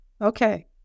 okay